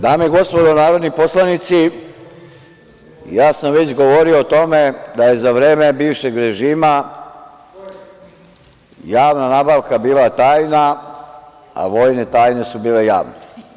Dame i gospodo narodni poslanici, ja sam već govorio o tome da je za vreme bivšeg režima javna nabavka bila tajna, a vojne tajne su bile javne.